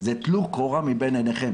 טלו קורה מבין עיניכם.